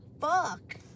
Fuck